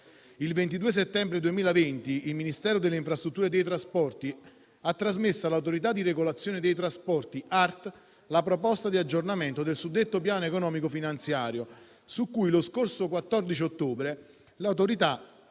Il 22 settembre 2020 il Ministero delle infrastrutture e dei trasporti ha trasmesso all'Autorità di regolazione dei trasporti (ART) la proposta di aggiornamento del suddetto Piano economico-finanziario, su cui lo scorso 14 ottobre l'Autorità